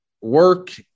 work